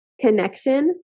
connection